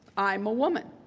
i'm a woman.